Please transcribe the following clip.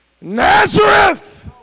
Nazareth